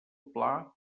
pla